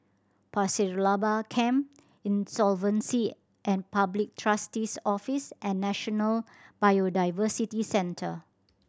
Pasir Laba Camp Insolvency and Public Trustee's Office and National Biodiversity Centre